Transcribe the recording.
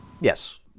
Yes